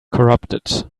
corrupted